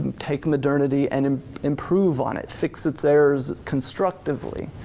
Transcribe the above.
take modernity and improve on it, fix its errors constructively.